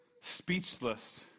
speechless